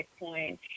Bitcoin